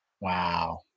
Wow